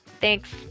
Thanks